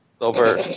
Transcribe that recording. Over